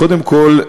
קודם כול,